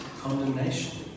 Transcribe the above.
condemnation